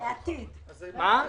להקים ועדת מנכ"לים.